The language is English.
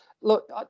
Look